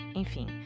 enfim